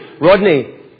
Rodney